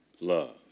love